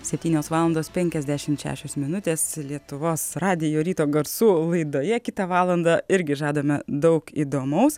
septynios valandos penkiasdešim šešios minutės lietuvos radijo ryto garsų laidoje kitą valandą irgi žadame daug įdomaus